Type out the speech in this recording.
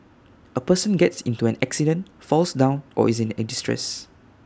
A person gets into an accident falls down or is in distress